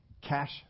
Cash